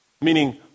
Meaning